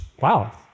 wow